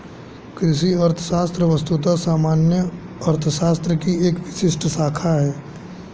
कृषि अर्थशास्त्र वस्तुतः सामान्य अर्थशास्त्र की एक विशिष्ट शाखा है